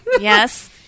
Yes